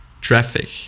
traffic